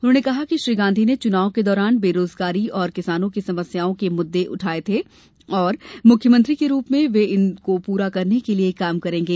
उन्होंने कहा कि श्री गांधी ने चुनाव के दौरान बेरोजगारी और किसानों की समस्याओं के मुद्दे उठाये थे और मुख्यमंत्री के रूप में वे इन को पूरा करने के लिए काम करेंगे